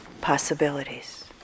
possibilities